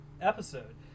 episode